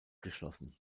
geschlossen